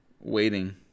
waiting